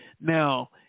Now